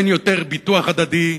אין יותר ביטוח הדדי,